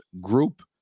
group